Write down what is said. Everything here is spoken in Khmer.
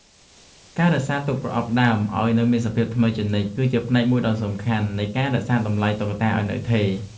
ការរក្សាទុកប្រអប់ដើមឱ្យនៅមានសភាពថ្មីជានិច្ច គឺជាផ្នែកមួយដ៏សំខាន់នៃការរក្សាតម្លៃតុក្កតាឱ្យនៅថេរ។